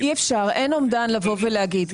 אי אפשר, אין אומדן להגיד.